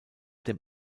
dem